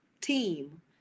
team